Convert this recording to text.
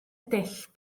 dull